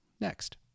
next